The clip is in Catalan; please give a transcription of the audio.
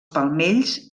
palmells